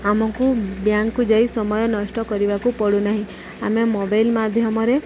ଆମକୁ ବ୍ୟାଙ୍କକୁ ଯାଇ ସମୟ ନଷ୍ଟ କରିବାକୁ ପଡ଼ୁନାହିଁ ଆମେ ମୋବାଇଲ ମାଧ୍ୟମରେ